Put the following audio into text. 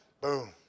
boom